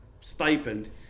stipend